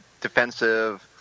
defensive